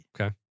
Okay